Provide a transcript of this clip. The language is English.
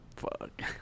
fuck